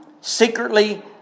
Secretly